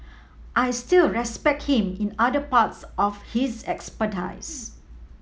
I still respect him in other parts of his expertise